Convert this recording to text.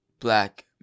Black